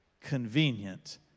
convenient